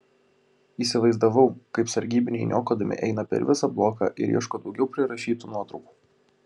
įsivaizdavau kaip sargybiniai niokodami eina per visą bloką ir ieško daugiau prirašytų nuotraukų